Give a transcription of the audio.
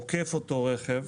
עוקף אותו רכב,